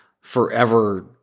forever